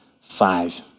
five